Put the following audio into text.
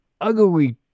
ugly